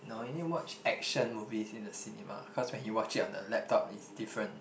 no you need to watch action movies in the cinema cause when you watch it on the laptop it's different